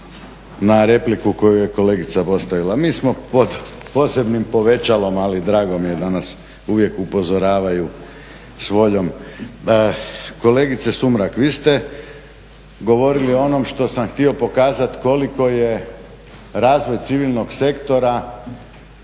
**Mlakar, Davorin (HDZ)** Mi smo pod posebnim povećalom ali dragom mi je da nas uvijek upozoravaju s voljom. Kolegice Sumrak vi ste govorili o onome što sam htio pokazati koliko je razvoj civilnog sektora